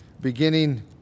beginning